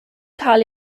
cael